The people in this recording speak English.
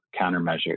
countermeasures